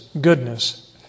goodness